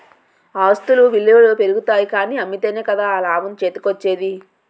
ఆస్తుల ఇలువలు పెరుగుతాయి కానీ అమ్మితేనే కదా ఆ లాభం చేతికోచ్చేది?